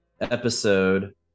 episode